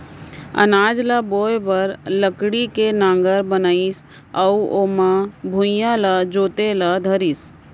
अनाज ल बोए बर लकड़ी के नांगर बनाइस अउ ओमा भुइयॉं ल जोते ल धरिस